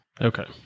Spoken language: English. Okay